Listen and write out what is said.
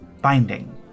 binding